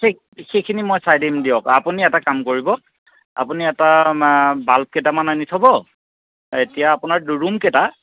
সেইখিনি মই চাই দিম দিয়ক আপুনি এটা কাম কৰিব আপুনি এটা বাল্ব কেইটামান আনি থ'ব এতিয়া আপোনাৰ ৰূম কেইটা